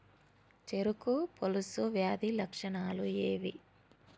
చెరుకు పొలుసు వ్యాధి లక్షణాలు ఏవి?